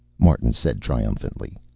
martin said triumphantly.